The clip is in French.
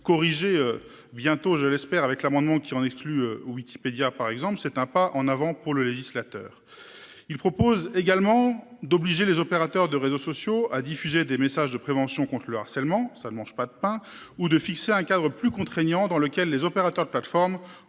corriger bientôt, je l'espère avec l'amendement qui en exclut Wikipédia par exemple c'est un pas en avant pour le législateur. Il propose également d'obliger les opérateurs de réseaux sociaux à diffuser des messages de prévention contre le harcèlement, ça ne mange pas de pain ou de fixer un cadre plus contraignant dans lequel les opérateurs de plateforme